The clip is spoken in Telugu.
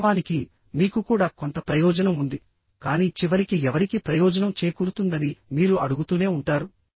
వాస్తవానికి మీకు కూడా కొంత ప్రయోజనం ఉంది కానీ చివరికి ఎవరికి ప్రయోజనం చేకూరుతుందని మీరు అడుగుతూనే ఉంటారు